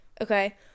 okay